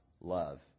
love